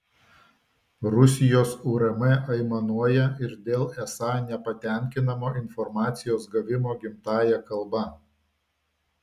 rusijos urm aimanuoja ir dėl esą nepatenkinamo informacijos gavimo gimtąja kalba